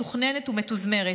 מתוכננת ומתוזמרת.